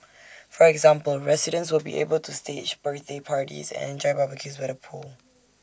for example residents will be able to stage birthday parties and enjoy barbecues by the pool